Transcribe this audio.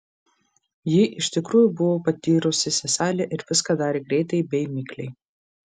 ji iš tikrųjų buvo patyrusi seselė ir viską darė greitai bei mikliai